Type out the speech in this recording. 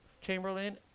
Chamberlain